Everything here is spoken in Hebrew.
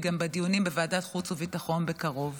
גם בדיונים בוועדת חוץ וביטחון בקרוב.